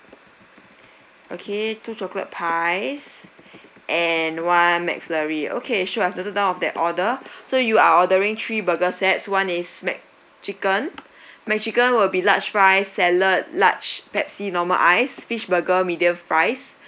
okay two chocolate pies and one Mcflurry okay sure I've noted down of that order so you are ordering three burger sets one is McChicken McChicken will be large fries salad large Pepsi normal ice fish burger medium fries